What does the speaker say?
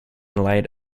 late